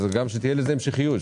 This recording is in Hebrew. ושתהיה לזה גם המשכיות,